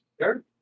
Sure